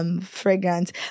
fragrance